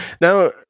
Now